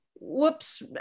whoops